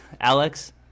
Alex